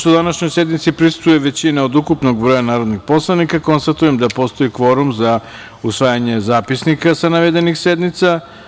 Pošto današnjoj sednici prisustvuje većina od ukupnog broja navedenih poslanika, konstatujem da postoji kvorum za usvajanje zapisnika sa navedenih sednica.